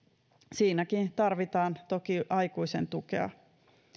siinäkin tarvitaan toki aikuisen tukea